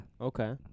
Okay